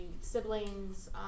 siblings